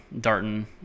Darton